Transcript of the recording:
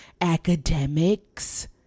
academics